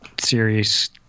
series